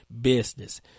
business